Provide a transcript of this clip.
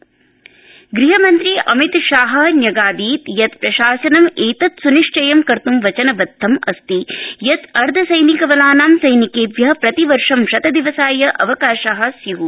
अमित शाह ग़हमन्त्री अमित शाह न्यगादीत ियत िप्रशासनं एतद् स्निश्चयं कर्त् वचनबद्धम अस्ति यत ि अर्द्धसैनिकबलानां सैनिकेभ्य प्रतिवर्ष शतदिवसाय अवकाशा स्यूः